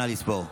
נא לספור.